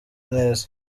neza